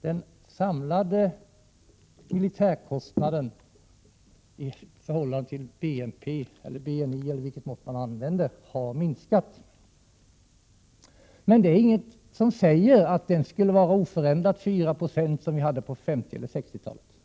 Den samlade militärkostnaden i förhållande till BNP -—- eller BNI eller vilket mått man än använder — har minskat. Men det äringenting som säger att militärkostnaden skall vara oförändrat 4 96 som på 50 eller 60-talet.